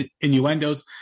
innuendos